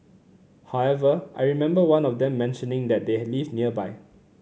however I remember one of them mentioning that they live nearby